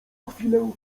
chwilę